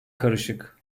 karışık